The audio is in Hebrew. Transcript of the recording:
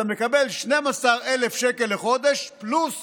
אתה מקבל 12,000 שקל לחודש פלוס